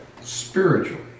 spiritually